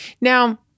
Now